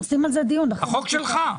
החוק שלך.